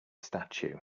statue